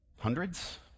hundreds